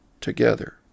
together